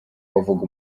bavuga